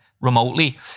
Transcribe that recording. remotely